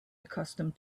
accustomed